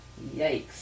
yikes